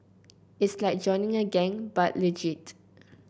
it's like joining a gang but legit